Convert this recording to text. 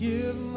Give